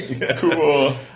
Cool